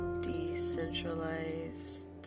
Decentralized